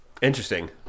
Interesting